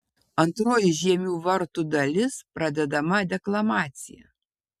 antroji žiemių vartų dalis pradedama deklamacija